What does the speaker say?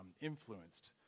influenced